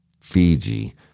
Fiji